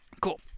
Cool